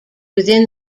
within